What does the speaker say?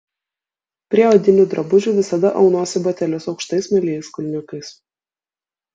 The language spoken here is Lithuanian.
prie odinių drabužių visada aunuosi batelius aukštais smailiais kulniukais